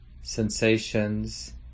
sensations